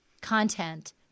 content